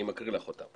אני מקריא לך אותם,